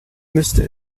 müsste